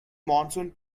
monsoon